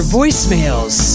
voicemails